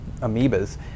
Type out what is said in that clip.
amoebas